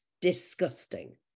disgusting